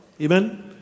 amen